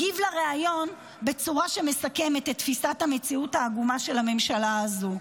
הגיב לריאיון בצורה שמסכמת את תפיסת המציאות העגומה של הממשלה הזו: